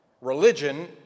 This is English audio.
Religion